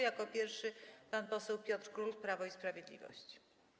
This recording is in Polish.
Jako pierwszy pan poseł Piotr Król, Prawo i Sprawiedliwość.